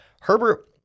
Herbert